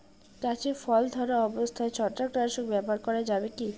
গাছে ফল ধরা অবস্থায় ছত্রাকনাশক ব্যবহার করা যাবে কী?